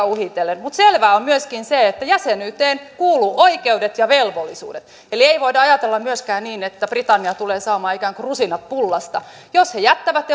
uhitellen mutta selvää on myöskin se että jäsenyyteen kuuluu oikeudet ja velvollisuudet eli ei voida ajatella myöskään niin että britannia tulee saamaan ikään kuin rusinat pullasta jos he jättävät